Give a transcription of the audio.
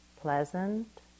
Pleasant